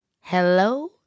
Hello